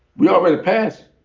we already passed